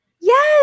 Yes